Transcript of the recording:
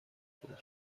بود